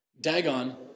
Dagon